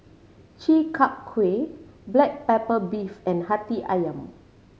Chi Kak Kuih black pepper beef and Hati Ayam